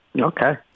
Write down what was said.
Okay